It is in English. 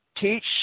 teach